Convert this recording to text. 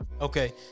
Okay